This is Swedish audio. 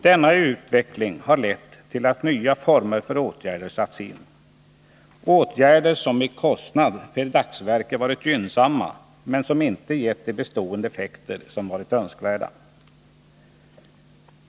Denna utveckling har lett till att nya former för åtgärder satts in — åtgärder som i kostnad per dagsverke varit gynnsamma men som inte gett de bestående effekter som varit önskvärda.